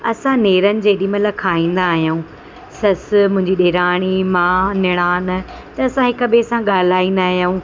असां नेरनि जेॾीमहिल खाईंदा आहियूं ससु मुंहिंजी ॾेराणी मां निराण त असां हिक ॿिए सां ॻाल्हाईंदा आहियूं